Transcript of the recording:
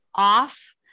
off